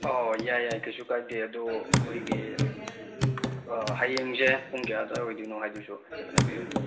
ꯑꯧ ꯌꯥꯏ ꯌꯥꯏ ꯀꯩꯁꯨ ꯀꯥꯏꯗꯦ ꯑꯗꯣ ꯑꯩꯈꯣꯏꯒꯤ ꯍꯌꯦꯡꯁꯦ ꯄꯨꯡ ꯀꯌꯥ ꯑꯗꯨꯋꯥꯏ ꯑꯣꯏꯗꯣꯏꯅꯣ ꯍꯥꯏꯗꯨꯁꯨ ꯍꯥꯏꯐꯦꯠ ꯍꯥꯏꯕꯤꯌꯣ ꯑꯗꯨꯝ